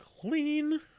clean